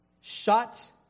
Shut